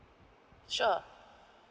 sure